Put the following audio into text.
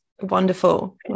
wonderful